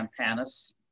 Campanis